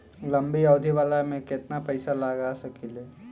लंबी अवधि वाला में केतना पइसा लगा सकिले?